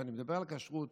כשאני מדבר על כשרות,